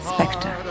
Spectre